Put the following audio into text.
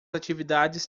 atividades